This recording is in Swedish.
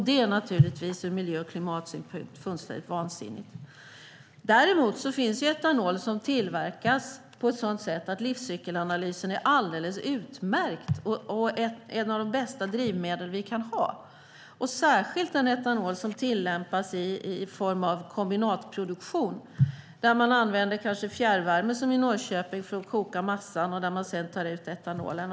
Det är naturligtvis fullständigt vansinnigt ur miljö och klimatsynpunkt. Däremot finns det etanol som tillverkas på ett sådant sätt att livscykelanalysen är alldeles utmärkt, och det är ett av de bästa drivmedel vi kan ha. Det gäller särskilt den etanol som tillverkas i form av kombinatproduktion där man använder fjärrvärme, som i Norrköping, för att koka massan och sedan tar ut etanolen.